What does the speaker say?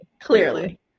clearly